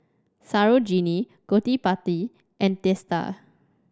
Sarojini Gottipati and Teesta